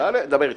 תעלה ודבר איתו.